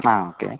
ആ ഓക്കെ